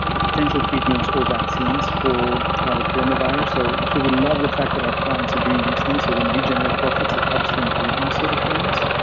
ah potential treatments, or vaccines for coronavirus. so we love the fact that our clients are doing these things so when we generate profits, it helps them do these sort of things.